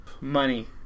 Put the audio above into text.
money